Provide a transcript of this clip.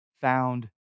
found